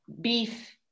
beef